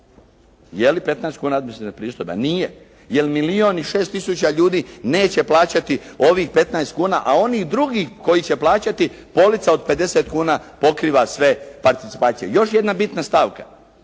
je li 15 kuna administrativna pristojba? Nije, jer milijun i 6 tisuća ljudi neće plaćati ovih 15 kuna, a onih drugih koji će plaćati bolnica od 50 kuna pokriva sve participacije. Još jedna bitna stavka.